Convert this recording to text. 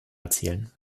erzielen